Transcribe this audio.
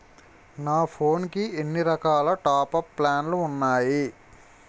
నా ఫోన్ కి ఎన్ని రకాల టాప్ అప్ ప్లాన్లు ఉన్నాయి?